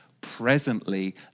presently